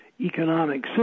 economic